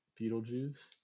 Beetlejuice